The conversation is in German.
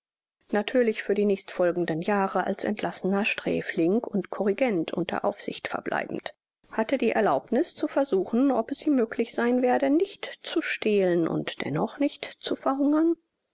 natürlich für die nächstfolgenden jahre als entlassener sträfling und corrigende unter aufsicht verbleibend hatte die erlaubniß zu versuchen ob es ihm möglich sein werde nicht zu stehlen und dennoch nicht zu verhungern